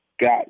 got